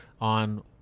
on